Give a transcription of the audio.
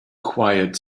quiet